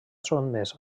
sotmès